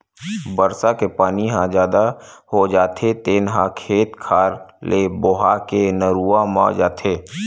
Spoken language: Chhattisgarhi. बरसा के पानी ह जादा हो जाथे तेन ह खेत खार ले बोहा के नरूवा म जाथे